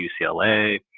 UCLA